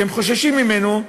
כי הם חוששים ממנו.